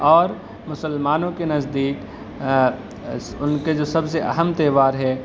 اور مسلمانوں کے نزدیک ان کے جو سب سے اہم تہوار ہے